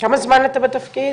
כמה זמן אתה בתפקיד?